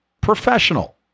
professional